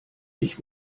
mich